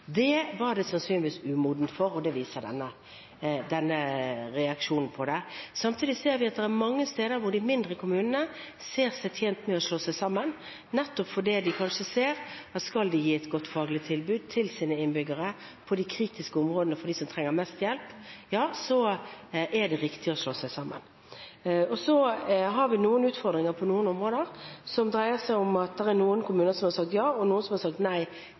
Det var tiden sannsynligvis umoden for, og det viser reaksjonen på det. Samtidig ser vi at det er mange steder hvor de mindre kommunene ser seg tjent med å slå seg sammen, fordi de kanskje ser at skal de gi et godt faglig tilbud til sine innbyggere på de kritiske områdene for dem som trenger mest hjelp, er det riktig å slå seg sammen. Så har vi noen utfordringer på noen områder, som dreier seg om at det er noen kommuner som har sagt ja, og noen som har sagt nei,